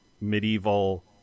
medieval